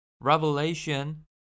Revelation